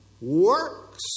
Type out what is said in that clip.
works